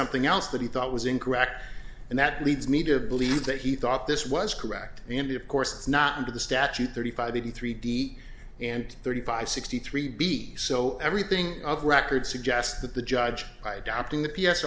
something else that he thought was incorrect and that leads me to believe that he thought this was correct the end of course not under the statute thirty five thirty three d and thirty five sixty three be so everything of record suggests that the judge by adopting the p